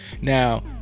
Now